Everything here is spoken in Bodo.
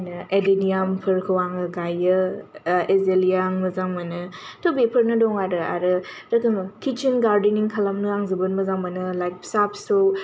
मा होनो एडेनियामफोरखौ आङो गायो एजेलिया आं मोजां मोनो थ' बेफोरनो दं आरो जेखुनु खिटसेन गारदेनिं खालामनो आं मोजां मोनो लाइक फिसा फिसौ